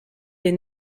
les